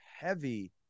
heavy